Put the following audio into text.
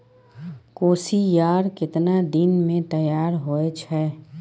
कोसियार केतना दिन मे तैयार हौय छै?